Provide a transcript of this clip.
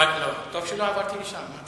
לא, טוב שלא עברתי לשם.